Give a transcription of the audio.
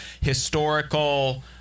historical